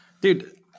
Dude